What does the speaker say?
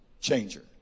changer